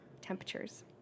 temperatures